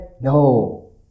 no